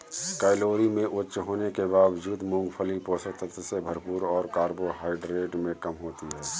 calorie में उच्च होने के बावजूद, मूंगफली पोषक तत्वों से भरपूर और कार्बोहाइड्रेट में कम होती है